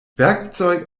werkzeug